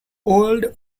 old